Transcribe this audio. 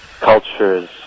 cultures